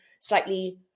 slightly